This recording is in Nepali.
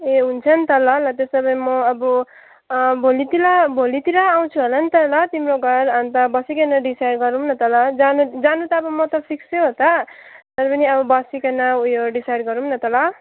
ए हुन्छ नि त ल ल तेसो भए म अब भोलितिर भोलितिर आउँछु होला नि त ल तिम्रो घर अन्त बसिकन डिसाइड गरौँ न त ल जानु जानु त अब म त फिक्सै हो त तर पनि अब बसिकन ऊ यो डिसाइड गरौँ न त ल